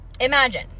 Imagine